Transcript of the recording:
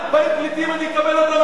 פליטים אני מקבל אותם,